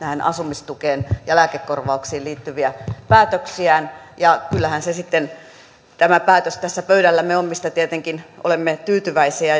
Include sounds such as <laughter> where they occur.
asumistukeen ja lääkekorvauksiin liittyviä päätöksiään kyllähän tämä päätös sitten tässä pöydällämme on mistä tietenkin olemme tyytyväisiä <unintelligible>